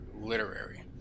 literary